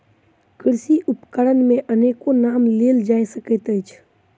कृषि उपकरण मे अनेको नाम लेल जा सकैत अछि